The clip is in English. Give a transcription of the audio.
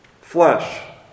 flesh